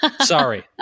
sorry